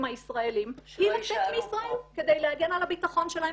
הישראלים היא לצאת מישראל כדי להגן על הביטחון שלהם".